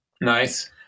Nice